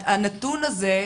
הנתון הזה,